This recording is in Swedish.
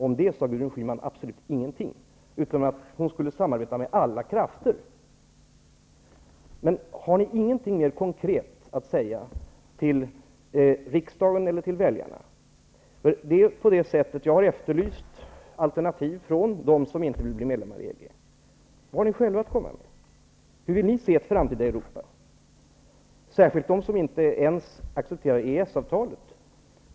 Om det sade Gudrun Schyman absolut ingenting förutom att hon skulle samarbeta med ''alla krafter''. Har ni ingenting mer konkret att säga till riksdagen eller till väljarna? Jag har efterlyst alternativ från dem som inte vill att Sverige skall bli medlem i EG. Vad har ni själva att komma med? Hur vill ni se ett framtida Europa? Denna fråga är särskilt relevant att ställa till dem som inte ens accepterar EES avtalet.